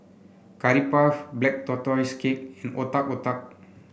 Curry Puff Black Tortoise Cake and Otak Otak